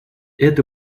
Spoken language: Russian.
это